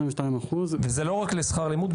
זה לא רק לשכר לימוד,